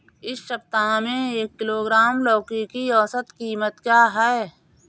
इस सप्ताह में एक किलोग्राम लौकी की औसत कीमत क्या है?